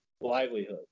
livelihood